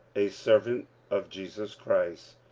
a servant of jesus christ,